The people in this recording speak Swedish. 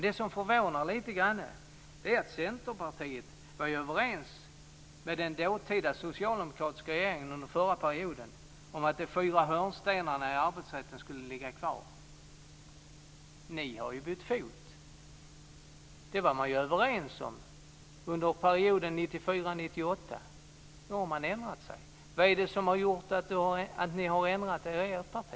Det som förvånar lite grann är att Centerpartiet, som var överens med den socialdemokratiska regeringen under den förra perioden om att de fyra hörnstenarna i arbetsrätten skulle ligga kvar, nu har bytt fot. Detta var man överens om under perioden 1994 1998, men nu har ni ändrat er. Vad är det som har gjort att ni har ändrat er i ert parti?